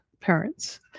parents